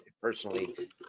personally